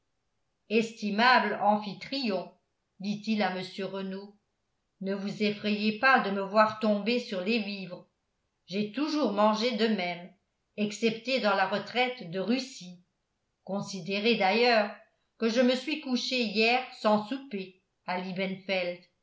estimable amphitryon dit-il à mr renault ne vous effrayez pas de me voir tomber sur les vivres j'ai toujours mangé de même excepté dans la retraite de russie considérez d'ailleurs que je me suis couché hier sans souper à